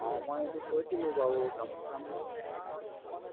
অঁ মই এইটো কৈছিলোঁ বাৰু গামোচা মোক লাগিব